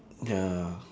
ya